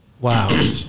Wow